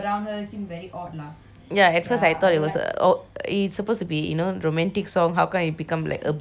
ya at first I thought it was a oh it's supposed to be you know romantic song how come it become like abusive song ya